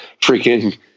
freaking